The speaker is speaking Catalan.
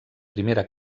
primera